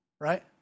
right